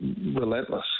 relentless